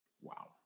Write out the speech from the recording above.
Wow